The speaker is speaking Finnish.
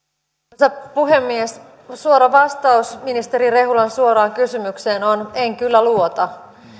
arvoisa puhemies suora vastaus ministeri rehulan suoraan kysymykseen on en kyllä luota